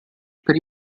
per